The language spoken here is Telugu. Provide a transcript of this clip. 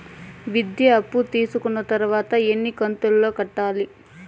విద్య అప్పు తీసుకున్న తర్వాత ఎన్ని కంతుల లో కట్టాలి?